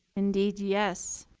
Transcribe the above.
indeed, yes.